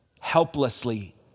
helplessly